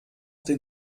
den